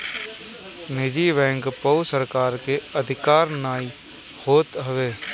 निजी बैंक पअ सरकार के अधिकार नाइ होत हवे